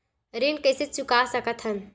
ऋण कइसे चुका सकत हन?